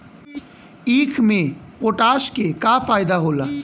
ईख मे पोटास के का फायदा होला?